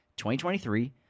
2023